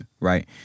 right